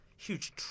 Huge